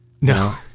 No